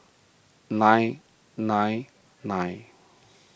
nine nine nine